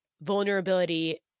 vulnerability